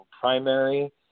primary